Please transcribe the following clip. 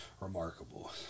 remarkable